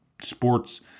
sports